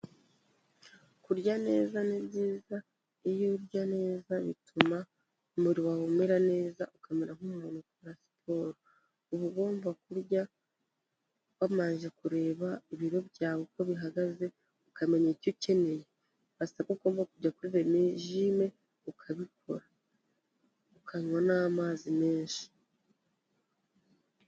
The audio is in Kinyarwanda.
Kurya neza ni byiza. Iyo urya neza bituma umubiri wawe umera neza, ukamera nk'umuntu ukora siporo. Uba ugomba kurya wamanje kureba ibiro byawe uko bihagaze, ukamenya icyo ukeneye. Wasanga ugomba kujya kuri rejime ukabikora, ukanywa n'amazi menshi.